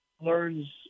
learns